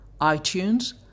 iTunes